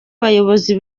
bayobozi